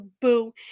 Boo